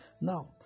Now